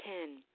Ten